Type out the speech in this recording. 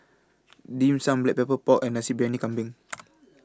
Dim Sum Black Pepper Pork and Nasi Briyani Kambing